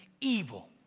evil